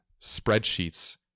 spreadsheets